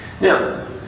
Now